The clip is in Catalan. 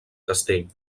castell